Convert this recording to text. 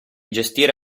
gestire